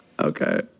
Okay